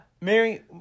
Mary